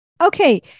Okay